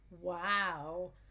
Wow